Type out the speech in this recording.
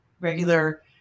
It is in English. regular